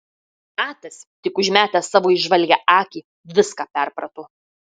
atas tik užmetęs savo įžvalgią akį viską perprato